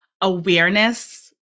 awareness